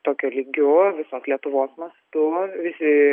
tokiu lygiu visos lietuvos mastu visi